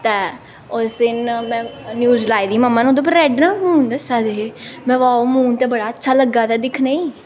ते उस दिन में न्यूज लाई दी ही ओह्दे पर ना रैड मून दस्सा दे हे में वाओ मून ते बड़ा अच्छा लग्गा दा दिक्खने गी